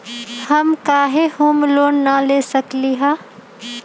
हम काहे home loan न ले सकली ह?